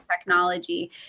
technology